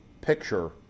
picture